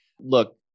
Look